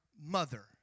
mother